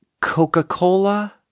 Coca-Cola